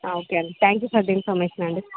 ఆ ఓకే అండి thank you for the information అండి